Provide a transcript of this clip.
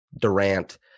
Durant